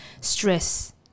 stress